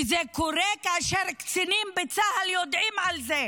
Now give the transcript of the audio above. וזה קורה כאשר קצינים בצה"ל יודעים על זה.